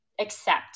accept